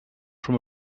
from